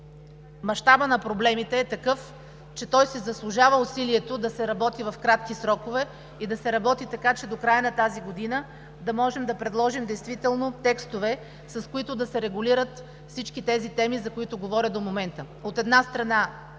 мащабът на проблемите е такъв, че той си заслужава усилието да се работи в кратки срокове и да се работи така, че до края на тази година да можем да предложим действително текстове, с които да се регулират всички тези теми, за които говоря до момента: